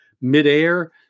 midair